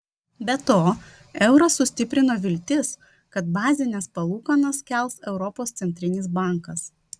be to eurą sustiprino viltis kad bazines palūkanas kels europos centrinis bankas